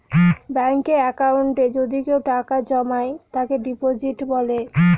ব্যাঙ্কে একাউন্টে যদি কেউ টাকা জমায় তাকে ডিপোজিট বলে